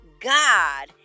God